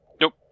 Nope